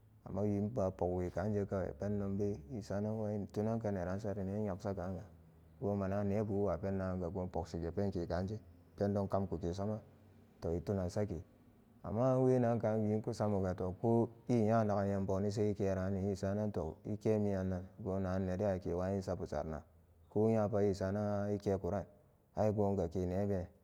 Ammawi pog we kaan jee kawa pendon be isanan wai tunan ka neran sari ne nyaksa ka anya goon mana nebuwapen naganga goon pok si ge penke kaaan je pendo kamku ke soma to i tunan sake amma an wen an kaan wi kusamoga toh ko i nyanagan nyam boni se ikerani isaranan ton i kee miyannan goonagan neden ake wayin sabu saranan ko nya pa i saranan a'a ikekuran ai goon ga ke neeben.